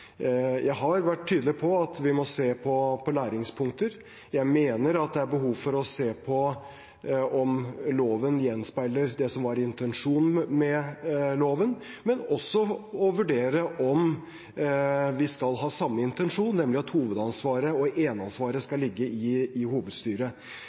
Jeg har vært tydelig på at vi må se på læringspunkter. Jeg mener det er behov for å se på om loven gjenspeiler det som var intensjonen med loven, men også å vurdere om vi skal ha samme intensjon, nemlig at hovedansvaret og